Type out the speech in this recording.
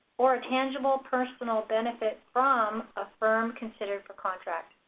or a tangible personal benefit from a firm considered for contract.